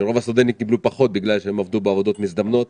ורוב הסטודנטים קיבלו פחות כי הם עבדו בעבודות מזדמנות,